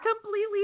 completely